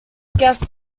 guest